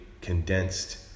condensed